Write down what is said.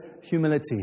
humility